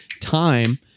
time